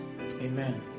Amen